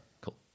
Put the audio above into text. Cool